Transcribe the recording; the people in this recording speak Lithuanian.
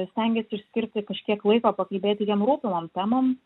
stengiesi išskirti kažkiek laiko pakalbėti jiem rūpimom temom